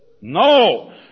No